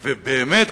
ובאמת,